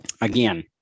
again